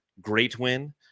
Greatwin